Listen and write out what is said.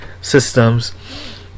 systems